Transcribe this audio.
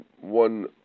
one